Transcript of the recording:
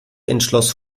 entschloss